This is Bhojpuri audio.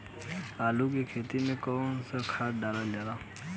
आलू के खेती में कवन सा खाद डालल जाला?